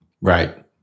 Right